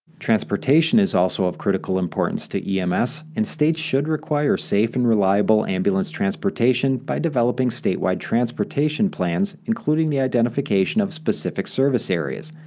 transportation is also of critical importance to ems and states should require safe and reliable ambulance transportation by developing statewide transportation plans, including the identification of specific service areas.